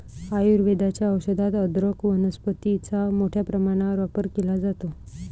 आयुर्वेदाच्या औषधात अदरक वनस्पतीचा मोठ्या प्रमाणात वापर केला जातो